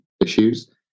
issues